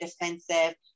defensive